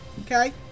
Okay